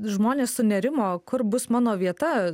žmonės sunerimo kur bus mano vieta